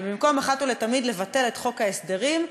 ובמקום אחת ולתמיד לבטל את חוק ההסדרים,